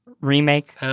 remake